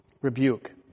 rebuke